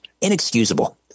inexcusable